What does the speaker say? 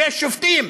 שיש שופטים,